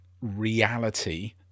reality